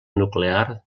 nuclear